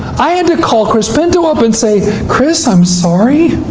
i had to call chris pinto up, and say, chris, i'm sorry.